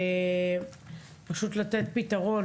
ופשוט לתת פתרון.